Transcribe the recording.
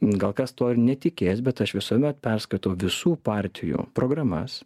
gal kas tuo ir netikės bet aš visuomet perskaitau visų partijų programas